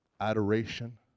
adoration